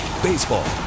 Baseball